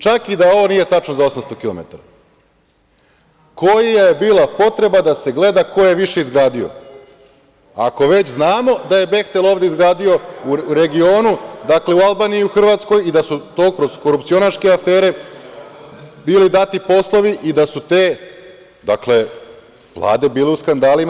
Čak i da ovo nije tačno za 800 kilometara, koja je bila potreba da se gleda ko je više izgradio, ako već znamo da je „Behtel“ ovde izgradio, u regionu, dakle, u Albaniji i u Hrvatskoj i da su to kroz korupcionaške afere bili dati poslovi i da su te vlade bile u skandalima?